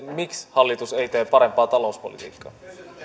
miksi hallitus ei tee parempaa talouspolitiikkaa